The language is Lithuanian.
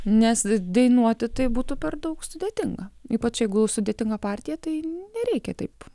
nes dainuoti tai būtų per daug sudėtinga ypač jeigu sudėtingą partiją tai nereikia taip